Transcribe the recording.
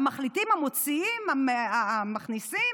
המחליטים, המוציאים, המכניסים.